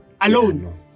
alone